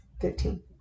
Fifteen